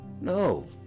No